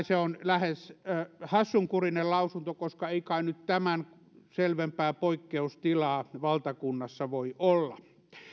se on lähes hassunkurinen lausunto koska ei kai nyt tämän selvempää poikkeustilaa valtakunnassa voi olla